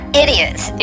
idiots